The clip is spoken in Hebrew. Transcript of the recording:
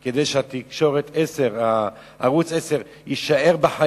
כל כך גדול כדי שערוץ-10 יישאר בחיים,